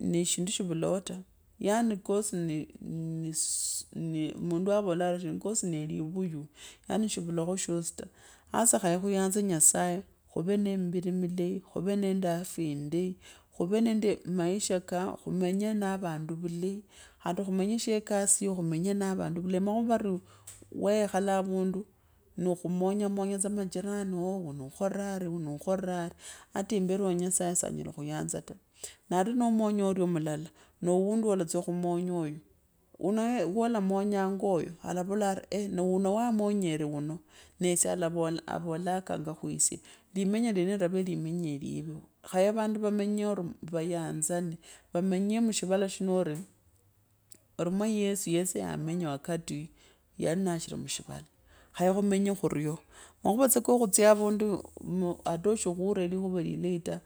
neshindu shivulao ta, yaani kasi ni eeh! Ni mundu avolaari kosi ni eiivuyu yaani shulukho shosi ta, sasa khaye khuyanze nyasaye, khuwe nende miviri milei, khuwe nende afya indai, khuwe nende maisha ka, khumenye na vandu vulei, khandi khumanya shekazi yo khumenye na vandu vulei, makhuva vari wakhekhala avundu no khumonyamanya tsa majirani ooh urio wukhore ari ata imberi wa nyasaye sa nyala okhuyanzi ta, naari nomonya oyo mulala noo wuundi wolatsya khumenya uyu, unowolamonyanga uyu alavolari nauno wamonyore uno, nesye avabakanga kwisye, limenya lyeneko lilava limenya liivi, khaye vandi vamenye eri, vayanzane, vemenya mushivala shino ori, mwa yesu yesa wamenya wakati yalinashari mushvala, khaye khumenye khuryoo, nakhuwa tsakukhutsya avundu muu ate ashiri khuura likhavi lilei ta.